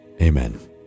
Amen